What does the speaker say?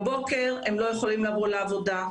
ואז בבוקר הם לא יכולים לבוא לעבודה.